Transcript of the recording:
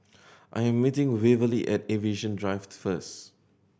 I am meeting Waverly at Aviation Drive first